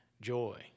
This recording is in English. joy